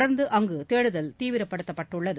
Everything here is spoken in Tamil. தொடர்ந்து அங்கு தேடுதல் தீவிரப்படுத்தப் பட்டுள்ளது